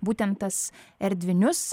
būtent tas erdvinius